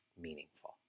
meaningful